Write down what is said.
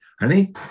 Honey